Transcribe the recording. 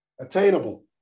Attainable